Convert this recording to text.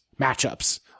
matchups